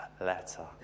letter